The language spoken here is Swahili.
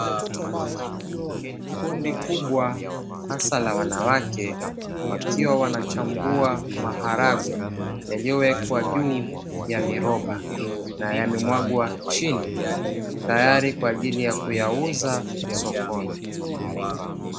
Kundi kubwa, hasa la wanawake, wakiwa wanachambua maharagwe; yaliyowekwa juu ya viroba na yamemwagwa chini tayari kwa ajili ya kuyauza sokoni.